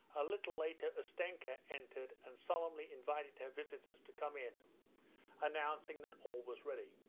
a little later ustenka entered and solemnly invited her visitors to come in announcing that all was ready.